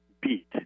beat